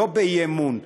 לא באי-אמון.